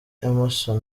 emmerson